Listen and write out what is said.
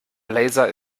laser